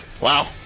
wow